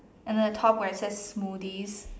and then the top where it says smoothies